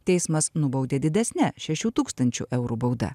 teismas nubaudė didesne šešių tūkstančių eurų bauda